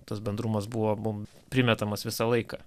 tas bendrumas buvo mum primetamas visą laiką